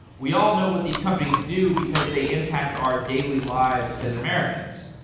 we all know what these companies do, because they impact our daily lives as americans.